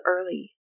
early